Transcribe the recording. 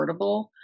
affordable